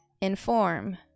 inform